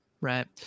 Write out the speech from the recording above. Right